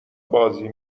بازی